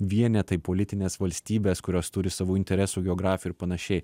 vienetai politinės valstybės kurios turi savų interesų geografijų ir panašiai